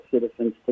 citizens